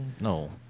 No